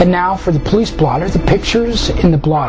now for the police blotter the pictures in the blo